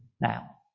now